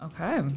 okay